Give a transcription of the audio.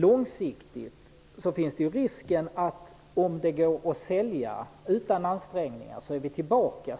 Långsiktigt finns dock risken att om det går att sälja utan ansträngningar är vi snart tillbaka